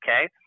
okay